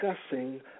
discussing